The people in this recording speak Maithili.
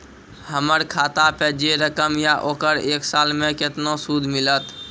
हमर खाता पे जे रकम या ओकर एक साल मे केतना सूद मिलत?